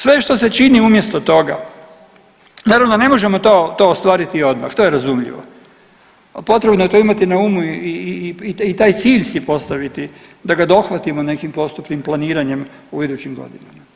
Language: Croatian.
Sve što se čini umjesto toga naravno da to ne možemo ostvariti odmah, to je razumljivo, a potrebno je to imati na umu i taj cilj si postaviti da ga dohvatimo nekim postupnim planiranjem u idućim godinama.